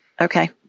Okay